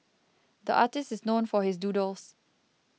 the artist is known for his doodles